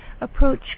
approach